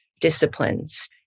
disciplines